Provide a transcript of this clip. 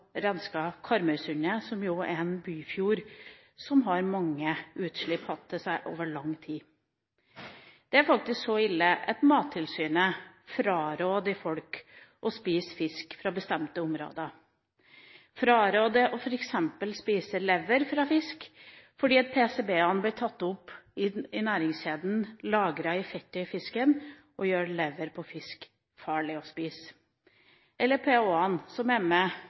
som er en byfjord, og som har hatt mange utslipp i seg over lang tid. Det er faktisk så ille at Mattilsynet fraråder folk å spise fisk fra bestemte områder, fraråder f.eks. å spise lever fra fisk, fordi PCB-ene blir tatt opp i næringskjeden, lagres i fettet i fisken og gjør lever fra fisk farlig å spise. PAH-ene, som er med